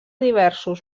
diversos